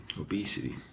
Obesity